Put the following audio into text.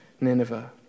Nineveh